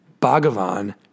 Bhagavan